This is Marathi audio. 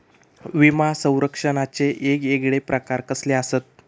विमा सौरक्षणाचे येगयेगळे प्रकार कसले आसत?